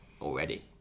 already